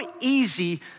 easy